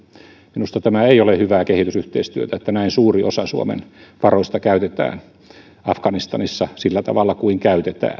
minusta tämä ei ole hyvää kehitysyhteistyötä että näin suuri osa suomen varoista käytetään afganistanissa sillä tavalla kuin käytetään